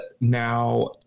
now